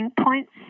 points